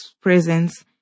presence